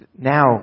Now